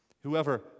whoever